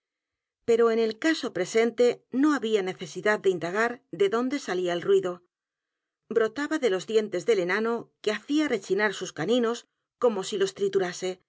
pero en el caso presente no había necesidad de indagar de dónde salía el ruido brotaba délos dientes del enano que hacía rechinar sus caninos como si los